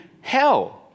hell